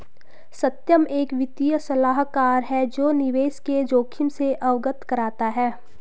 सत्यम एक वित्तीय सलाहकार है जो निवेश के जोखिम से अवगत कराता है